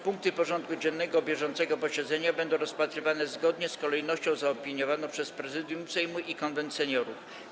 Punkty porządku dziennego bieżącego posiedzenia będą rozpatrywane zgodnie z kolejnością zaopiniowaną przez Prezydium Sejmu i Konwent Seniorów.